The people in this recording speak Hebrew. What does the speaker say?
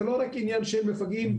זה לא רק עניין של מפגעים מחבלים.